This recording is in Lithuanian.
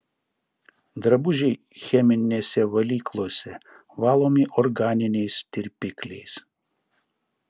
drabužiai cheminėse valyklose valomi organiniais tirpikliais